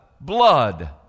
blood